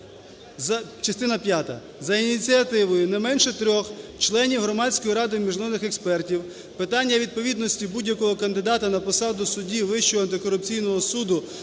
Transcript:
"Частина п'ята. За ініціативою не менше трьох членів Громадської ради міжнародних експертів питання відповідності будь-якого кандидата на посаду судді Вищого антикорупційного суду